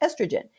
estrogen